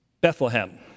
Bethlehem